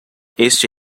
este